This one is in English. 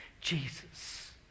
Jesus